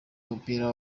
w’umupira